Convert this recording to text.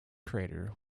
crater